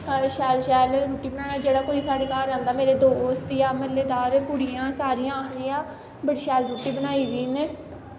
शैल शैल रुट्टी बनाना जेह्ड़ा कोई साढ़े घर मेरे दोस्त जां म्हल्लेदार कुड़ियां सारियां आखदियां बड़ी शैल रुट्टी बनाई दी ऐ इन्नै